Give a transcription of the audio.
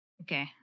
okay